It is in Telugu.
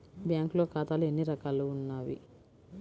బ్యాంక్లో ఖాతాలు ఎన్ని రకాలు ఉన్నావి?